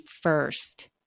first